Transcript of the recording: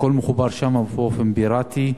הכול מחובר שם באופן פיראטי,